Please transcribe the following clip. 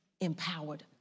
empowered